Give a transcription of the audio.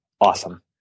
Awesome